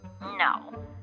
No